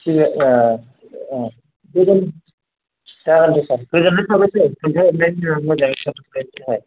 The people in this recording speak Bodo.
थिग जागोन दे सार गोजोननाय थाबाय सार मोजाङै खोनथाहरनायनि थाखाय